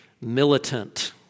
militant